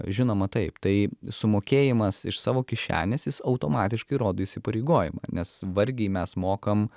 žinoma taip tai sumokėjimas iš savo kišenės jis automatiškai rodo įsipareigojimą nes vargiai mes mokam